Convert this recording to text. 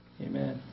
Amen